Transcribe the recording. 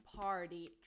party